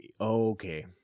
Okay